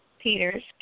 Peters